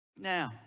Now